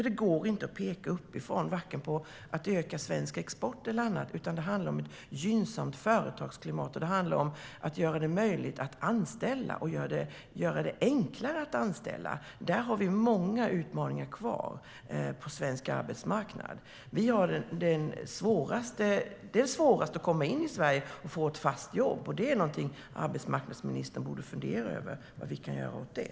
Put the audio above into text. Det går nämligen inte att peka uppifrån, varken för att öka svensk export eller annat, utan det handlar om ett gynnsamt företagsklimat och om att göra det möjligt - och enklare - att anställa. Där har vi många utmaningar kvar på svensk arbetsmarknad. Sverige är det svåraste landet när det gäller att komma in och få ett fast jobb, och arbetsmarknadsministern borde fundera över vad vi kan göra åt det.